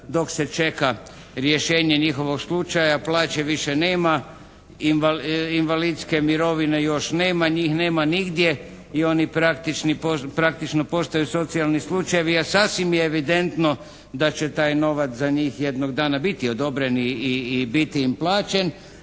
dok se čeka rješenje njihovog slučaja, plaće više nema, invalidske mirovine još nema, njih nema nigdje i oni praktično postaju socijalni slučajevi a sasvim je evidentno da će taj novac za njih jednog dana biti odobren i biti im plaćen.